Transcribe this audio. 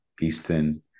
eastern